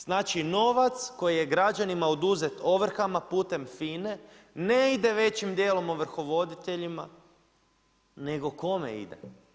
Znači novac koji je građanima oduzet ovrhama putem FINA-e ne ide većim djelu ovrhovoditeljima, nego kome ide?